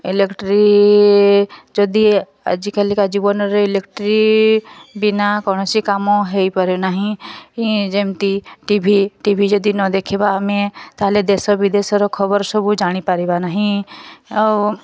electric ଯଦି ଆଜିକାଲିକା ଜୀବନରେ ଇଲେକ୍ଟ୍ରିବିନା କୌଣସି କାମ ହୋଇପାରେ ନାହିଁ ଯେମତି ଟି ଭି ଟି ଭି ଯଦି ନଦେଖିବା ଆମେ ତାହେଲେ ଦେଶ ବିଦେଶର ଖବର ସବୁ ଜାଣିପାରିବା ନାହିଁ ଆଉ